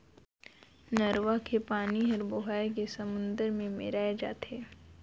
नरूवा के पानी हर बोहाए के समुन्दर मे मेराय जाथे